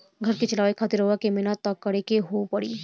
घर के चलावे खातिर रउआ मेहनत त करें के ही पड़ी